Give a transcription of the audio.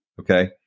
Okay